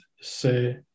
Say